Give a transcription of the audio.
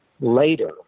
later